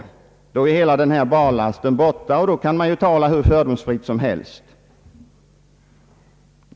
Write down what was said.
Då är hela barlasten borta, och man kan tala hur fördomsfritt som helst.